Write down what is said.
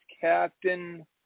Captain